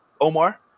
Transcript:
Omar